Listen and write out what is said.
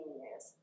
years